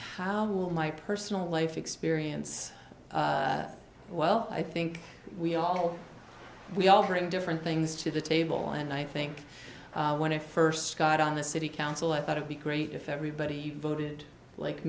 how will my personal life experience well i think we all we all bring different things to the table and i think when i first got on the city council i thought it be great if everybody you voted like